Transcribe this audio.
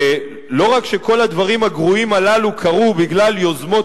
ולא רק שכל הדברים הגרועים הללו קרו בגלל יוזמות